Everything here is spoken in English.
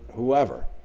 whoever.